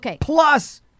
plus